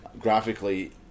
Graphically